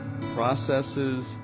processes